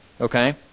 Okay